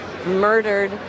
Murdered